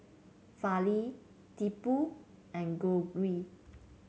Fali Tipu and Gauri